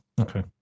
Okay